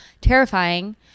terrifying